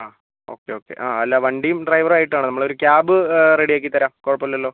okay okay ആ അല്ല വണ്ടിയും ഡ്രൈവറും ആയിട്ടാണ് നമ്മളൊരു ക്യാബ് റെഡി ആക്കിത്തരാം കുഴപ്പമില്ലല്ലോ